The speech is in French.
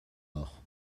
nord